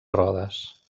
rodes